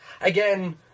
Again